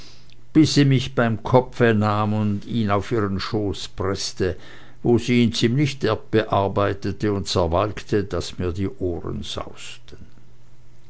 bis sie mich beim kopfe nahm und ihn auf ihren schoß preßte wo sie ihn ziemlich derb zerarbeitete und walkte daß mir die ohren sausten